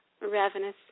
ravenous